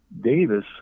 Davis